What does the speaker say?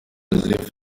joseph